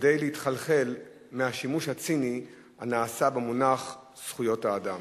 כדי להתחלחל מהשימוש הציני הנעשה במונח זכויות אדם.